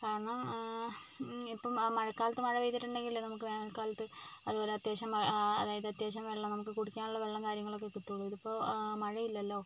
കാരണം ഇപ്പം മഴക്കാലത്ത് മഴ പെയ്തിട്ടുണ്ടെങ്കിലല്ലേ നമുക്ക് വേനൽ കാലത്ത് അതുപോലെ അത്യാവശ്യം അതായത് അത്യാവശ്യം വെള്ളം നമുക്ക് കുടിക്കാനുള്ള വെള്ളും കാര്യങ്ങളൊക്കെ കിട്ടുള്ളൂ ഇതിപ്പോൾ മഴയില്ലല്ലോ